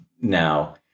Now